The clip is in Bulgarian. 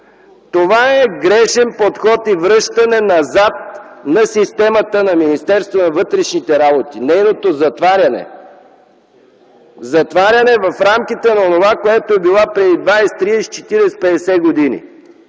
Това е грешен подход и връщане назад на системата на Министерството на вътрешните работи – нейното затваряне. Затваряне в рамките на онова, което е била в рамките на 20, 30, 40, 50 години.